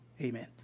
Amen